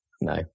No